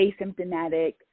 asymptomatic